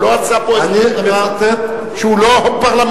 הוא לא עשה פה איזה משהו שהוא לא פרלמנטרי.